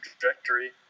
trajectory